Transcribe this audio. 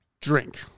drink